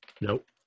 Nope